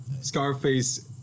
Scarface